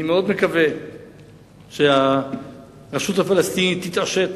אני מאוד מקווה שהרשות הפלסטינית תתעשת